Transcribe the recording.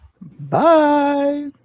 bye